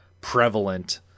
prevalent